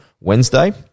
Wednesday